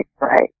right